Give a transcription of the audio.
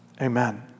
Amen